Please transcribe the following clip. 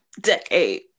decade